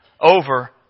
over